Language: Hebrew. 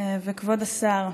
כבוד השר,